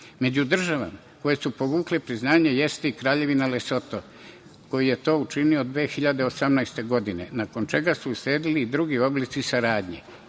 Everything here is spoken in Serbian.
državama koje su povukle priznanje jeste i Kraljevina Lesoto koji je to učinio 2018. godine, nakon čega su usledili drugi oblici saradnje.